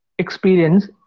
experience